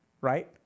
right